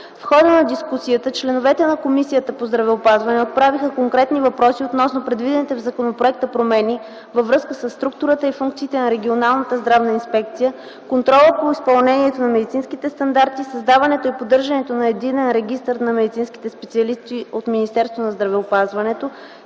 В хода на дискусията членовете на Комисията по здравеопазването отправиха конкретни въпроси относно предвидените в законопроекта промени във връзка със структурата и функциите на Регионалната здравната инспекция, контрола по изпълнението на медицинските стандарти, създаването и поддържането на единен регистър на медицинските специалисти от Министерство на здравеопазването